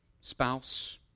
spouse